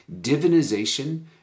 Divinization